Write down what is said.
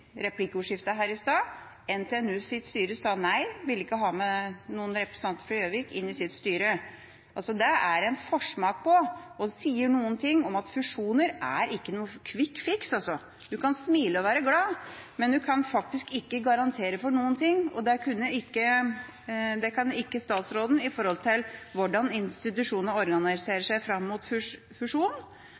replikkordskiftet her i stad, er at NTNUs styre sa nei – de ville ikke ha med noen representanter fra Gjøvik inn i sitt styre. Det er en forsmak på og sier noen ting om at fusjoner ikke er noen quick-fix. Man kan smile og være glad, men man kan faktisk ikke garantere for noen ting, og det kan ikke statsråden når det gjelder hvordan institusjonene organiserer seg fram mot